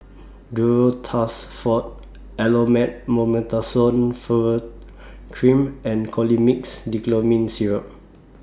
Duro Tuss Forte Elomet Mometasone Furoate Cream and Colimix Dicyclomine Syrup